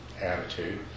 attitude